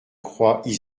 croix